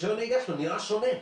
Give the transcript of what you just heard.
רישיון הנהיגה שלו נראה שונה?